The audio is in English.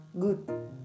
Good